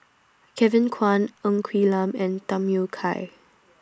Kevin Kwan Ng Quee Lam and Tham Yui Kai